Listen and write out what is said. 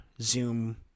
Zoom